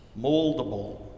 moldable